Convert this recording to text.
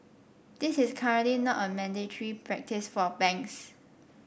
this is currently not a mandatory practice for banks